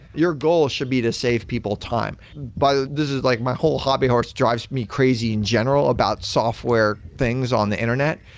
your goal should be to save people time. this is like my whole hobby horse drives me crazy in general about software things on the internet,